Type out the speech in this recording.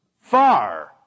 Far